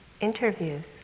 interviews